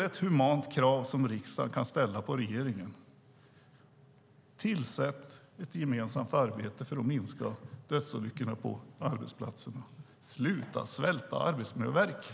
Ett humant krav som riksdagen kan ställa är väl att regeringen ska tillsätta en gemensam arbetsgrupp för att minska antalet dödsolyckor på arbetsplatserna. Sluta svälta Arbetsmiljöverket!